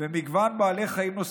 ומגוון בעלי חיים נוספים,